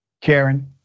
Karen